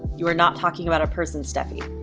you are not talking about a person, steffi.